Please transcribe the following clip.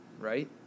Right